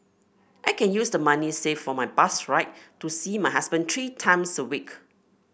I can use the money saved for my bus ride to see my husband three times a week